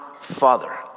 Father